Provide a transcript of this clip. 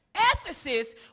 Ephesus